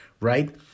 Right